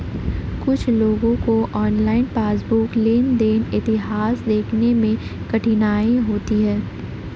कुछ लोगों को ऑनलाइन पासबुक लेनदेन इतिहास देखने में कठिनाई होती हैं